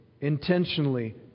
intentionally